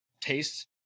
tastes